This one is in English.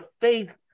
faith